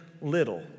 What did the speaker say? little